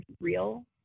real